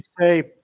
say